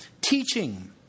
teaching